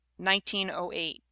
1908